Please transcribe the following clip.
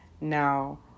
now